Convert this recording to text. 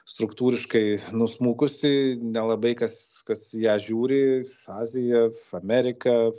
struktūriškai nusmukusi nelabai kas kas į ją žiūri azija amerika